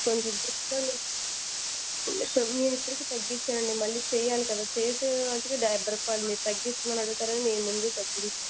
కొంచం చూసుకొండి తోం నేను ఇప్పటికే తగ్గించాను అండి మళ్ళీ చేయాలి కదా చేసే వాటికి డెబ్బై రూపాయలు మీరు తగ్గించమని అడుగుతారని నేను ముందే తగ్గించాను